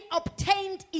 obtained